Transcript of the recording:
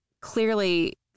clearly